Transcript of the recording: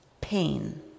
pain